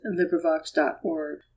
LibriVox.org